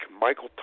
Michael